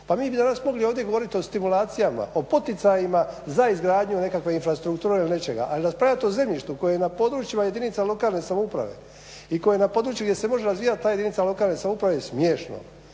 Pa mi bi danas ovdje mogli govoriti o stimulacijama, o poticajima za izgradnju nekakve infrastrukture ili nečega ali raspravljati o zemljištu koje je na područjima jedinica lokalne samouprave i koje je na području gdje se može razvijati ta jedinica lokalne samouprave je smiješno